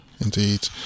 indeed